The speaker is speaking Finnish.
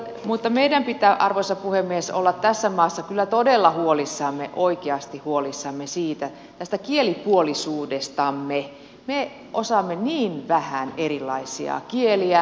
mutta meidän pitää arvoisa puhemies olla tässä maassa kyllä todella huolissamme oikeasti huolissamme tästä kielipuolisuudestamme me osaamme niin vähän erilaisia kieliä